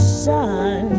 sun